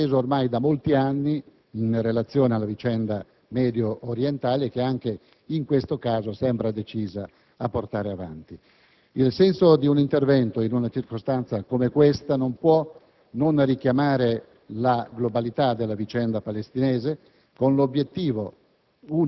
ha assunto ormai da molti anni in relazione alla vicenda mediorientale e che, anche in questo caso, sembra decisa a portare avanti. Il senso di un intervento, in una circostanza come questa, non può non richiamare la globalità della vicenda palestinese con l'obiettivo